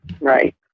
Right